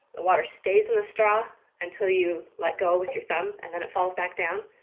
the water stays in the straw, until you let go with your thumb. and then it falls back down.